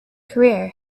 career